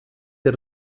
der